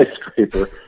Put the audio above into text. skyscraper